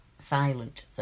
silent